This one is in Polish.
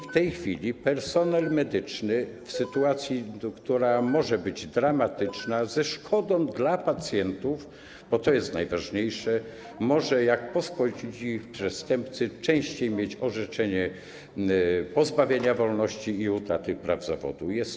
W tej chwili personel medyczny w sytuacji, która może być dramatyczna, ze szkodą dla pacjentów, bo to jest najważniejsze, może - jak pospolici przestępcy - częściej mieć orzeczenie pozbawienia wolności i utraty praw wykonywania zawodu.